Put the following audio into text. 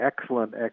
excellent